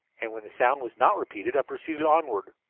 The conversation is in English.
and when the sound was not repeated i proceeded onward.